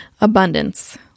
Abundance